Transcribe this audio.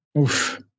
Oof